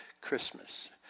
Christmas